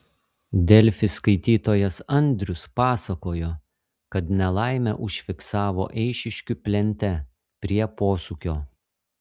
delfi skaitytojas andrius pasakojo kad nelaimę užfiksavo eišiškių plente prie posūkio